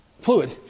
fluid